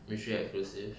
mutually exclusive